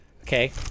Okay